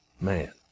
man